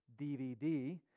DVD